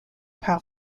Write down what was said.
par